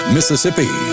Mississippi